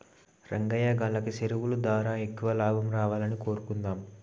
రంగయ్యా గాల్లకి సెరువులు దారా ఎక్కువ లాభం రావాలని కోరుకుందాం